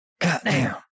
Goddamn